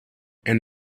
and